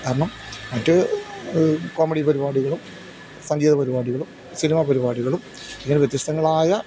കാരണം മറ്റ് കോമഡി പരിപാടികളും സംഗീത പരിപാടികളും സിനിമ പരിപാടികളും ഇങ്ങനെ വ്യത്യസ്തങ്ങളായ